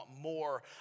more